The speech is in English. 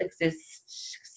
exists